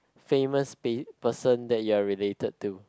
famous pa~ person that you are related to